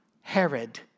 Herod